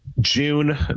june